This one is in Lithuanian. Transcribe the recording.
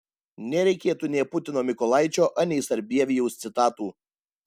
nereikėtų nė putino mykolaičio anei sarbievijaus citatų